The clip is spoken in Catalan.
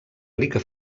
rica